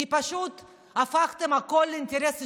כי פשוט הפכתם הכול לאינטרס אישי: